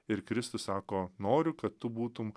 ir kristus sako noriu kad tu būtum